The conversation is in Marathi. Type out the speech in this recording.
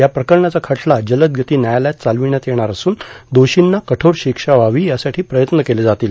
या प्रकरणाचा खटला या जलद गती न्यायालयात चालविण्यात येणार असून दोर्षींना कठोर शिक्षा व्हावी यासाठी प्रयत्न केले जातील